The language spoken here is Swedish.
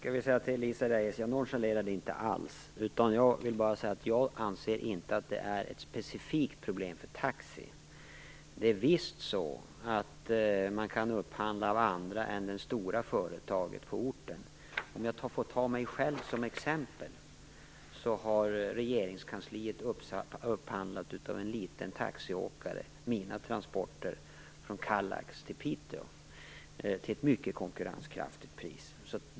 Fru talman! Elisa Abascal Reyes, jag nonchalerar alls inte detta. Men jag anser inte att detta är ett specifikt problem för taxinäringen. Man kan visst upphandla av andra än det stora företaget på orten. Jag kan ta min egna resor som exempel. Regeringskansliet har av en liten taxiåkare upphandlat mina transporter från Kallax till Piteå; detta till ett mycket konkurrenskraftigt pris.